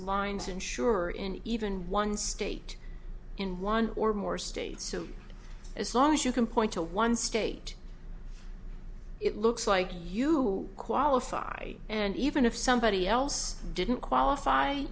lines insurer in even one state in one or more states so as long as you can point to one state it looks like you qualify and even if somebody else didn't qualify